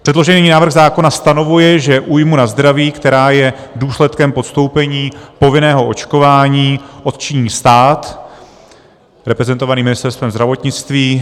Předložený návrh zákona stanovuje, že újmu na zdraví, která je důsledkem podstoupení povinného očkování, odčiní stát reprezentovaný Ministerstvem zdravotnictví.